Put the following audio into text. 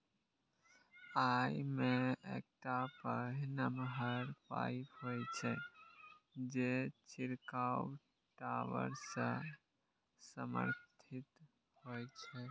अय मे एकटा पैघ नमहर पाइप होइ छै, जे छिड़काव टावर सं समर्थित होइ छै